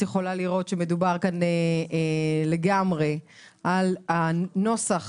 יכולה לראות שמדובר כאן לגמרי על הנוסח,